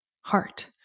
heart